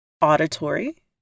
auditory